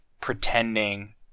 pretending